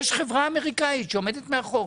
אלא חברה אמריקנית שעומדת מאחוריו.